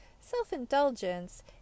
Self-indulgence